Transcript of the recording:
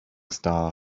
star